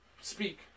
speak